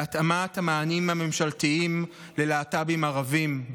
בהתאמת המענים הממשלתיים ללהט"בים ערבים,